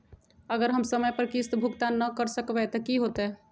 अगर हम समय पर किस्त भुकतान न कर सकवै त की होतै?